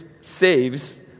saves